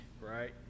Right